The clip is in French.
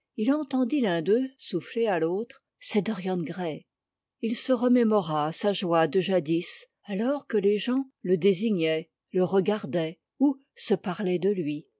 il entendit l'un d'eux souffler à l'autre c'est dorian gray il se remémora sa joie de jadis alors que les gens le désignaient le regardaient ou se parlaient de lui